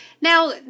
Now